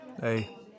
Hey